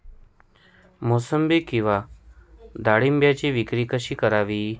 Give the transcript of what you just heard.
मोसंबी किंवा डाळिंबाची विक्री कशी करावी?